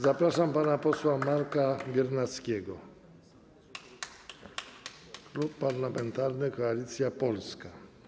Zapraszam pana posła Marka Biernackiego, Klub Parlamentarny Koalicja Polska.